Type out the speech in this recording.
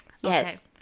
Yes